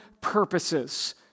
purposes